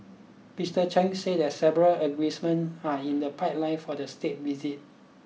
Mister Chen said that several agreements are in the pipeline for the state visit